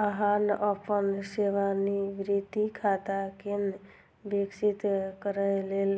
अहां अपन सेवानिवृत्ति खाता कें विकसित करै लेल